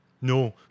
No